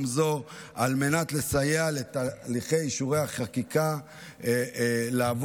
זו על מנת לסייע לתהליכי אישורי החקיקה לעבור.